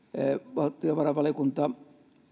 valtiovarainvaliokunta